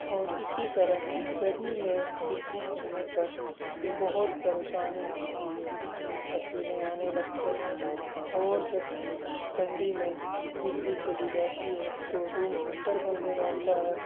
اور اسی طرح گرمی میں بجلی جانے پر بہت پریشانی ہوتی ہے پسینے آنے لگتے ہیں اور جب ٹھنڈی میں بجلی چلی جاتی ہے تو روم ہیٹر بند ہو جاتا ہے